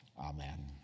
Amen